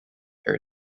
her